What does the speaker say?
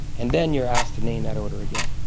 and then you are asked to name that odour again.